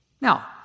Now